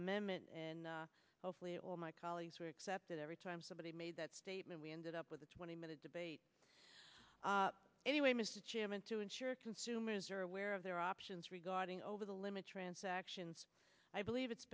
amendment and hopefully all my colleagues were accepted every time somebody made that statement we ended up with a twenty minute debate anyway mr chairman to ensure consumers are aware of their options regarding over the limit transactions i believe it's